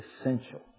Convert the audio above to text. essential